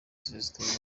celestin